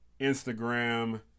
Instagram